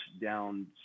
down